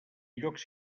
llocs